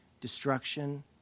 destruction